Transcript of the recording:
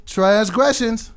Transgressions